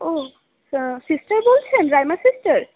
ও sister বলছেন Raima sister